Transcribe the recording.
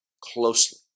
closely